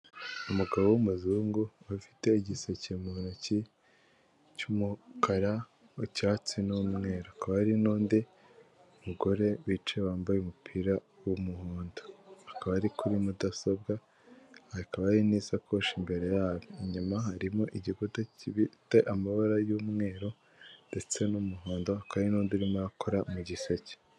Umugabo w'umuzungu ufite igiseke mu ntoki cy'umukara, cyatsi n'umweru aka hari n'undi mugore wicaye wambaye umupira w'umuhondo akaba ari kuri mudasobwa hakaba hari n'isakoshi imbere yabo inyuma harimo igikute gifite amabara y'umweru ndetse n'umuhondo kandi n'undi urimo akora mu giseke.